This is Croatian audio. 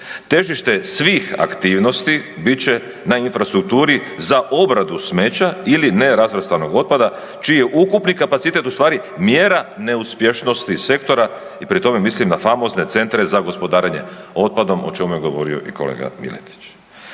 Težište svih aktivnosti bit će na infrastrukturi za obradu smeća ili ne razvrstanog otpada čiji je ukupni kapacitet u stvari mjera neuspješnosti sektora i pri tome mislim na famozne centre za gospodarenje otpadom o čemu je govorio i kolega Miletić.